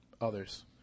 others